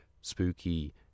spooky